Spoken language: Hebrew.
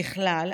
ככלל,